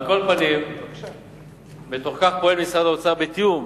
על כל פנים, בתוך כך פועל משרד האוצר בתיאום